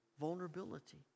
vulnerability